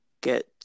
Get